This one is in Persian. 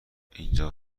اینجا